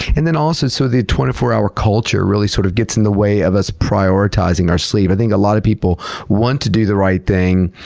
and then also, so the twenty four hour culture really sort of gets in the way of us prioritizing our sleep. i think a lot of people want to do the right thing,